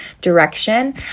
direction